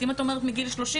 אם את אומרת מגיל 30